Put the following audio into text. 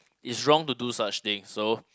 it's wrong to do such things so